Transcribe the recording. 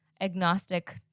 agnostic